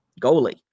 goalie